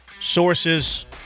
sources